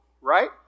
right